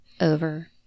over